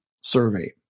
survey